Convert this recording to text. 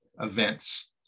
events